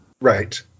Right